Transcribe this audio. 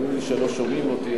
אומרים לי שלא שומעים אותי,